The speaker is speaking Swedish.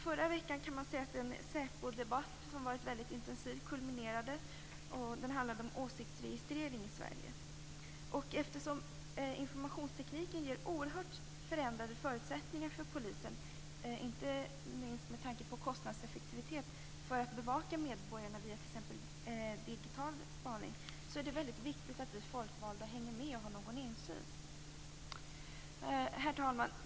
Förra veckan kan man säga att den säpodebatt som varit mycket intensiv kulminerade. Den handlade om åsiktsregistrering i Sverige. Eftersom informationstekniken ger oerhört förändrade förutsättningar för polisen, inte minst med tanke på kostnadseffektivitet när det gäller att bevaka medborgarna via t.ex. digital spaning, är det väldigt viktigt att vi folkvalda hänger med och har någon insyn. Herr talman!